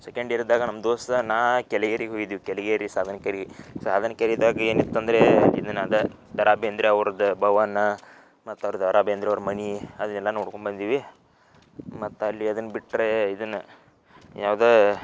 second year ಇದ್ದಾಗ ನಮ್ಮ ದೋಸ್ತ ನಾ ಕೆಲಿಗೇರಿಗೆ ಹೋಗಿದ್ವಿ ಕೆಲಿಗೆರಿ ಸಾದನ್ಕೇರಿ ಸಾದನ್ಕೇರಿದಾಗ ಏನಿತ್ತಂದರೆ ಇದನ್ನ ಅದಾ ದ ರಾ ಬೇಂದ್ರೆ ಅವರ್ದ ಭವನ ಮತ್ತು ಅವ್ರ ದ ರಾ ಬೇಂದ್ರೆಯವ್ರ ಮನೆ ಅದೆಲ್ಲ ನೋಡ್ಕೊಂಡು ಬಂದೀವಿ ಮತ್ತೆ ಅಲ್ಲಿ ಅದನ್ನ ಬಿಟ್ಟರೆ ಇದನ್ನ ಯಾವ್ದಾ